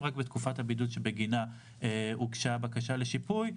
רק בתקופת הבידוד שבגינה הוגשה הבקשה לשיפוי,